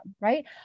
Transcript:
right